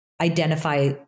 identify